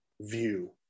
view